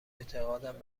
اعتقادم